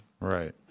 Right